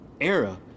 era